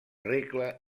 regle